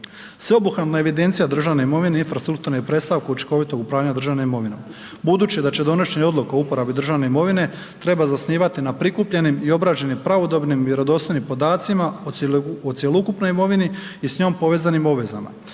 Sveobuhvatna evidencija državne imovine, infrastrukturno i .../Govornik se ne razumije./... učinkovitog upravljanja državnom imovinom. Budući da će donošenje odluke o uporabi državne imovine trebati zasnivati na prikupljenim i obrađenim pravodobnim vjerodostojnim podacima o cjelokupnoj imovini i s njom povezanim obvezama.